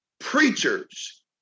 Preachers